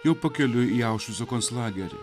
jau pakeliui į aušvico konclagerį